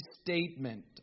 statement